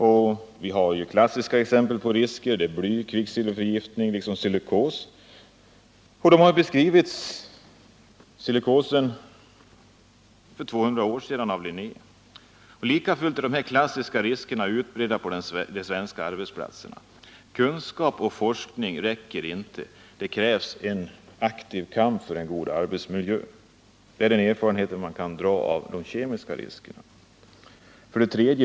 Det finns klassiska exempel på risker: blyoch kvicksilverförgiftning liksom silikos. Den sistnämnda sjukdomen beskrevs för 200 år sedan av Linné. Likafullt är de klassiska riskerna utbredda på de svenska arbetsplatserna. Kunskap och forskning räcker inte. Det krävs en aktiv kamp för en god arbetsmiljö. Det är den erfarenhet man kan dra när det gäller de kemiska riskerna.